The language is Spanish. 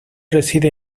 reside